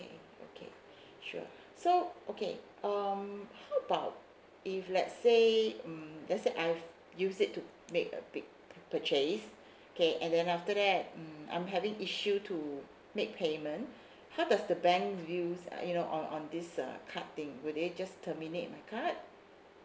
okay sure so okay um how about if let's say mm let's say I've use it to make a big purchase okay and then after that mm I'm having issue to make payment how does the bank views you know on on this uh card thing will they just terminate my card